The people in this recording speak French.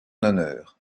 honneur